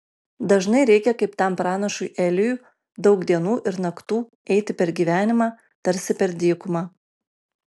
dažnai reikia kaip tam pranašui elijui daug dienų ir naktų eiti per gyvenimą tarsi per dykumą